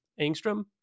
Angstrom